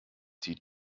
die